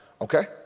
Okay